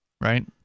Right